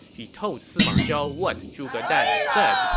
he told sima zhao what zhuge dan had said,